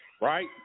Right